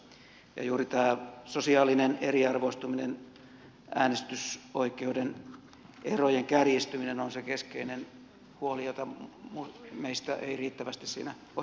juuri tämä sosiaalinen eriarvoistuminen ja äänestysoikeuden erojen kärjistyminen on se keskeinen huoli jota meistä ei riittävästi siinä otettu huomioon